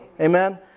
Amen